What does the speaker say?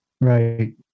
right